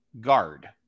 guard